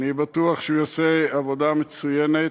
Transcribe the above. אני בטוח שהוא יעשה עבודה מצוינת,